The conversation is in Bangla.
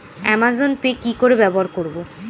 অ্যামাজন পে কি করে ব্যবহার করব?